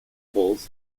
bulls